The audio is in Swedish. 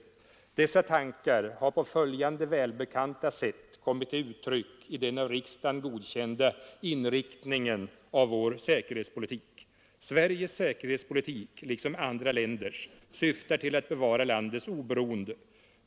Dessa tankar har på följande välbekanta sätt kommit till uttryck i den av riksdagen godkända inriktningen av vår säkerhetspolitik: ”Sveriges säkerhetspolitik, liksom andra länders, syftar till att bevara landets oberoende.